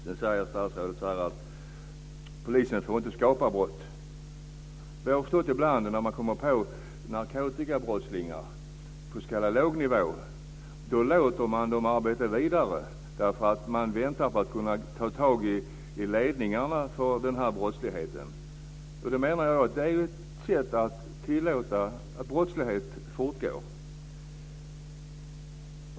Sedan säger statsrådet att polisen inte får skapa brott. Jag har förstått att man ibland, när man kommer på narkotikabrottslingar på s.k. låg nivå, låter dem arbeta vidare därför att man väntar på att kunna ta tag i ledarna för den här brottsligheten. Jag menar att det är ett sätt att tillåta att brottslighet fortgår.